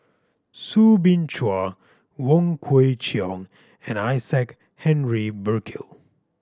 Soo Bin Chua Wong Kwei Cheong and Isaac Henry Burkill